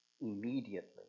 immediately